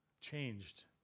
changed